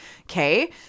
Okay